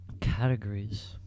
categories